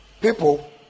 people